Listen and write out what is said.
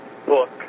book